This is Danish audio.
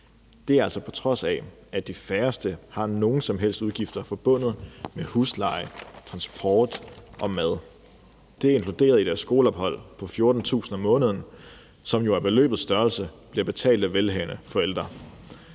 Det er altså, på trods af at de færreste har nogen som helst udgifter forbundet med husleje, transport og mad. Det er inkluderet i deres skoleophold, der koster 14.000 kr. om måneden, som jo på grund af beløbets størrelse bliver betalt af velhavende forældre.